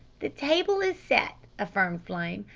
the table is set, affirmed flame.